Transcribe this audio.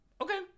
okay